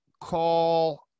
call